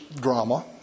drama